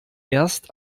erst